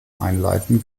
einleiten